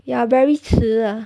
ya very 迟 uh